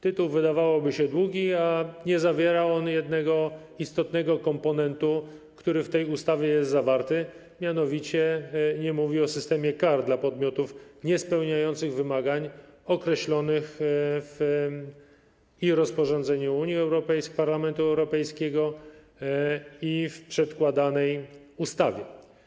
Tytuł, wydawałoby się, długi, a nie zawiera on jednego istotnego komponentu, który w tej ustawie jest zawarty, mianowicie nie mówi o systemie kar dla podmiotów niespełniających wymagań określonych i w rozporządzeniu Parlamentu Europejskiego, i w przedkładanej ustawie.